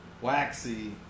Waxy